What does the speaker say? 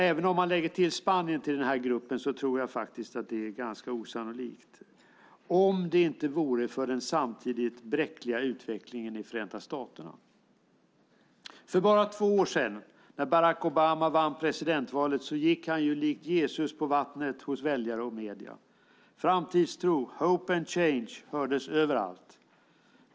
Även om man lägger till Spanien till denna grupp tror jag att det är ganska osannolikt - om det inte vore för den samtidigt bräckliga utvecklingen i Förenta staterna. För bara två år sedan när Barack Obama vann presidentvalet gick han likt Jesus på vattnet hos väljare och medierna. Överallt hördes: Framtidstro, hope and change!